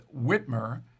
Whitmer